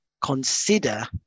consider